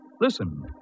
Listen